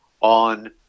on